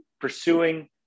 pursuing